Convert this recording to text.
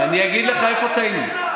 אני אגיד לך איפה טעינו.